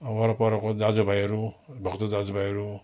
वरपरको दाजु भाइहरू भक्त दाजु भाइहरू